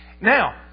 Now